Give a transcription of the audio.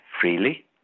freely